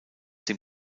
dem